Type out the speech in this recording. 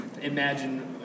imagine